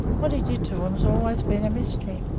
what he did to em's always been a mystery.